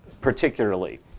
particularly